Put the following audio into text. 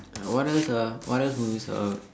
what else ah what else we miss out